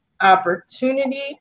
opportunity